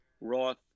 Roth